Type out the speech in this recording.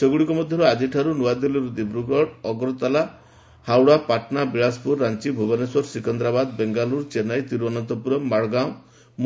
ସେଗୁଡ଼ିକ ମଧ୍ୟରୁ ଆଜିଠାରୁ ନୂଆଦିଲ୍ଲୀରୁ ଦିବ୍ରୁଗଡ଼ ଅଗରତାଲା ହାଓଡ଼ା ପାଟନା ବିଳାଶପୁର ରାଞ୍ଚି ଭୁବନେଶ୍ୱର ସିକନ୍ଦରାବାଦ ବେଙ୍ଗାଲୁରୁ ଚେନ୍ନାଇ ତିରୁବନନ୍ତପୁରମ୍ ମାଡ଼ଗାଓଁ